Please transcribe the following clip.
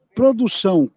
produção